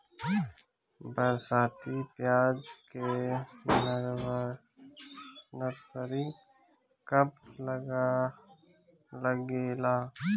बरसाती प्याज के नर्सरी कब लागेला?